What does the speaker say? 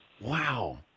Wow